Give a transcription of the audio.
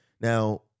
Now